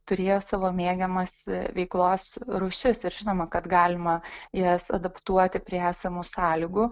turėjo savo mėgiamas veiklos rūšis ir žinoma kad galima jas adaptuoti prie esamų sąlygų